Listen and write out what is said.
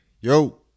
yo